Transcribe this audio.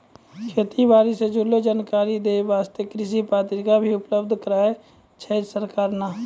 खेती बारी सॅ जुड़लो जानकारी दै वास्तॅ कृषि पत्रिका भी उपलब्ध कराय छै सरकार नॅ